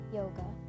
yoga